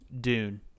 Dune